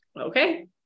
okay